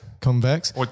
convex